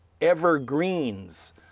evergreens